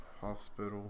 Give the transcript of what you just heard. Hospital